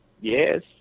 Yes